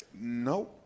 No